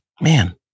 Man